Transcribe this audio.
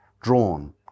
drawn